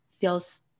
feels